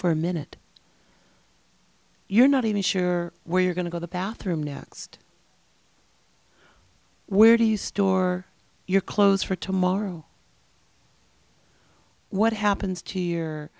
for a minute you're not even sure where you're going to go the bathroom next where do you store your clothes for tomorrow what happens to your